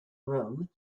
room